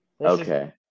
Okay